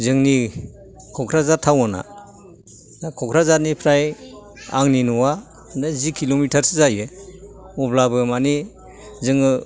जोंनि क'क्राझार टाउनआ क'क्राझारनिफ्राय आंनि न'आ जि किल'मिटारसो जायो अब्लाबो मानि जोङो